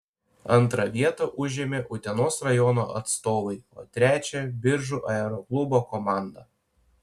antrą vietą užėmė utenos rajono atstovai o trečią biržų aeroklubo komanda